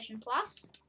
Plus